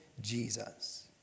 Jesus